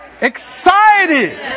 excited